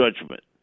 judgment